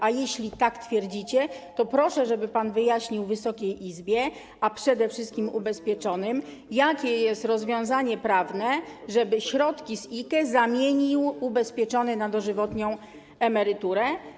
A jeśli tak twierdzicie, to proszę, żeby pan wyjaśnił Wysokiej Izbie, a przede wszystkim ubezpieczonym, jakie jest rozwiązanie prawne, żeby środki z IKE zamienił ubezpieczony na dożywotnią emeryturę.